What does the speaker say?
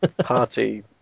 party